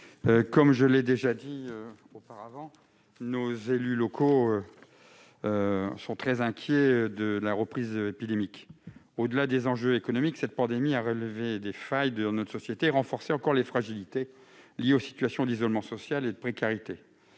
Madame la ministre, je le répète, les élus locaux sont très inquiets de la reprise épidémique. Au-delà des enjeux économiques, cette pandémie a révélé les failles de notre société et renforcé encore les fragilités liées aux situations d'isolement social et de précarité.